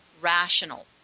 rational